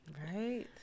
Right